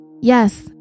Yes